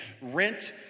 rent